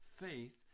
faith